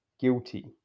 Guilty